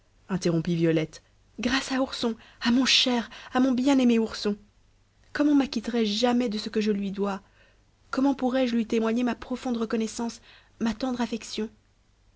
interrompit violette grâce à ourson à mon cher à mon bien-aimé ourson comment macquitterai je jamais de ce que je lui dois comment pourrai-je lui témoigner ma profonde reconnaissance ma tendre affection